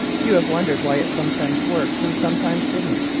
you have wondered why it sometimes worked and sometimes didn't,